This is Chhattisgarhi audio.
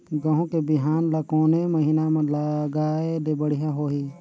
गहूं के बिहान ल कोने महीना म लगाय ले बढ़िया होही?